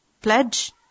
pledge